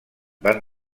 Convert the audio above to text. van